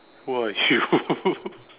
who are you